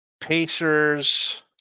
Pacers